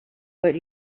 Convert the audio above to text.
but